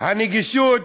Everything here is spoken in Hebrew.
הנגישות